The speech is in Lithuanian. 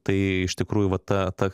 tai iš tikrųjų va ta ta